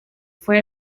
fue